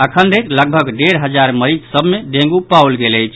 अखन धरि लगभग डेढ़ हजार मरीज सभ मे डेंगू पाओल गेल अछि